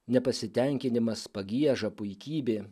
nepasitenkinimas pagieža puikybė